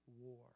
war